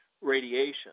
radiation